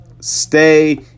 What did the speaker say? Stay